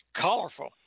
colorful